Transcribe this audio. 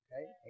Okay